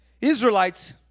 Israelites